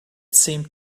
seemed